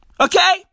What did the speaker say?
Okay